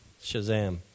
shazam